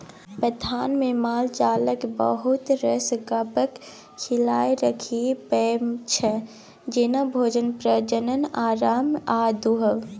बथानमे मालजालक बहुत रास गप्पक खियाल राखय परै छै जेना भोजन, प्रजनन, आराम आ दुहब